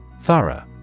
Thorough